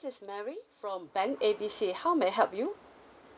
is mary from bank A B C how may I help you